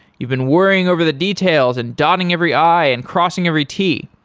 you've been worrying over the details and dotting every i and crossing every t.